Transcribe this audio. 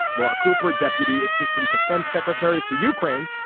laura cooper, deputy assistant defense secretary for ukraine,